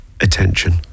attention